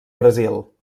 brasil